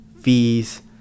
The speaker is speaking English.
fees